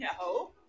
No